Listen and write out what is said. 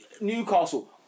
Newcastle